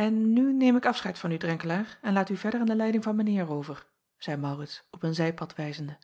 n nu neem ik afscheid van u renkelaer en laat u verder aan de leiding van mijn eer over zeî aurits op een zijpad wijzende